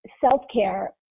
self-care